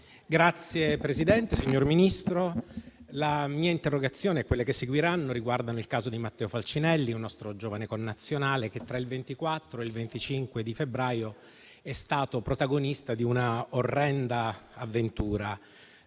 Signora Presidente, signor Ministro, la mia interrogazione e quelle che seguiranno riguardano il caso di Matteo Falcinelli, un nostro giovane connazionale che tra il 24 e il 25 febbraio è stato protagonista di una orrenda avventura.